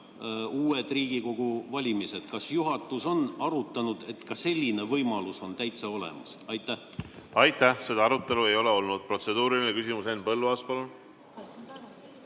uued Riigikogu valimised. Kas juhatus on arutanud, et ka selline võimalus on täitsa olemas? Aitäh, seda arutelu ei ole olnud. Protseduuriline küsimus, Henn Põlluaas, palun!